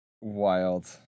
wild